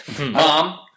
Mom